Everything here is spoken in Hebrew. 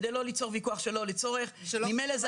כדי לא ליצור ויכוח שלא לצורך ממילא זה